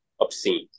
obscene